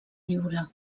lliure